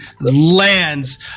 lands